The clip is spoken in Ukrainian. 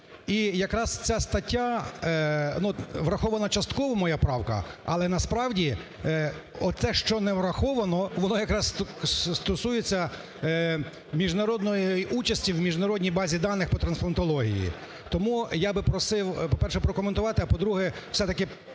І якраз ця стаття, ну, врахована частково моя правка, але насправді оце, що не враховано, воно якраз стосується міжнародної участі в міжнародній базі даних по трансплантології. Тому я би просив, по-перше, прокоментувати. А по-друге, все-таки